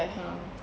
a'ah